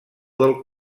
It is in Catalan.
del